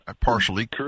partially